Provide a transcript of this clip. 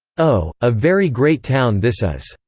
oh, a very great town this is!